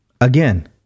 Again